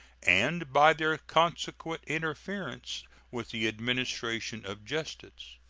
and by their consequent interference with the administration of justice.